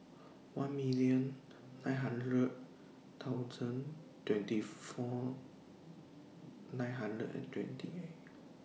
one million nine hundred thousand twenty four nine hundred and twenty eight